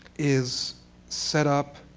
is set up